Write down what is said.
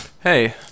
Hey